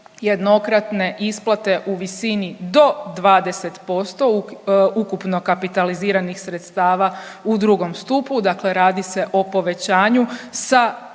jednokratne isplate u visini do 20% ukupno kapitaliziranih sredstava u II. stupu, dakle radi se o povećanju sa